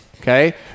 okay